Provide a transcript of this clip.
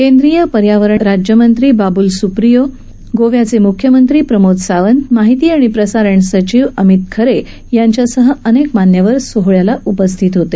केंद्रीय पर्यावरण राज्यमंत्री बाबुल स्प्रियो गोव्याचे मुख्यमंत्री प्रमोद सावंत माहिती आणि प्रसारण सचिव अमित खरे यांच्यासह अनेक मान्यवर सोहळ्याला उपस्थित होते